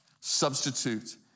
substitute